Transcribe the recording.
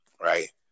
Right